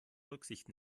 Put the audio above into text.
rücksicht